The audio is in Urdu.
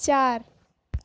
چار